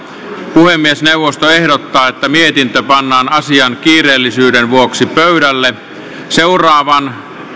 puhemiesneuvosto ehdottaa että mietintö pannaan asian kiireellisyyden vuoksi pöydälle seuraavaan